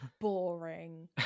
Boring